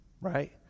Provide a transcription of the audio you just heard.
right